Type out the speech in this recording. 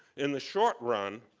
in the short run,